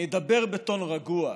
אני אדבר בטון רגוע,